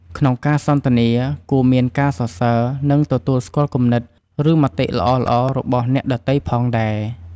ក្នុងការសន្ទនា គួរមានការសរសើរ និងទទួលស្គាល់គំនិត ឬមតិល្អៗរបស់អ្នកដ៏ទៃផងដែរ។